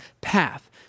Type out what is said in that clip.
path